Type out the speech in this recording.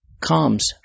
comes